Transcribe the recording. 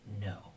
No